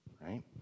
right